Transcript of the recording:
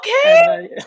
Okay